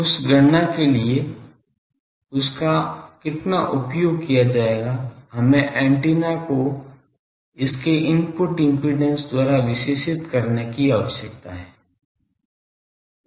उस गणना के लिए उसका कितना उपयोग किया जाएगा हमें एंटीना को इसके इनपुट इम्पीडेन्स द्वारा विशेषित करने की आवश्यकता है